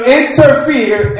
interfere